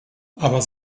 aber